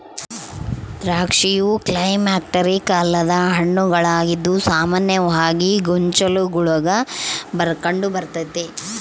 ದ್ರಾಕ್ಷಿಯು ಕ್ಲೈಮ್ಯಾಕ್ಟೀರಿಕ್ ಅಲ್ಲದ ಹಣ್ಣುಗಳಾಗಿದ್ದು ಸಾಮಾನ್ಯವಾಗಿ ಗೊಂಚಲುಗುಳಾಗ ಕಂಡುಬರ್ತತೆ